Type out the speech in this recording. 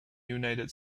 united